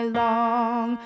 long